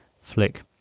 Flick